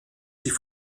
sich